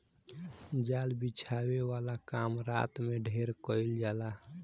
जाल बिछावे वाला काम रात में ढेर कईल जाला